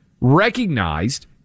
recognized